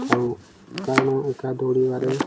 ଥାଉ କାରଣ ଏକା ଦୌଡ଼ିବାରେ